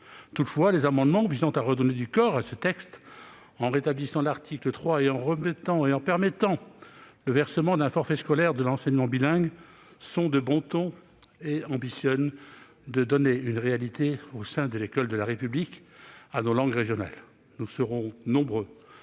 Toutefois, les amendements visant à redonner du corps à la proposition de loi, en rétablissant l'article 3 et en permettant le versement d'un forfait scolaire de l'enseignement bilingue, sont de bon ton et ambitionnent de donner une réalité, au sein de l'école de la République, à nos langues régionales. Nous serons nombreux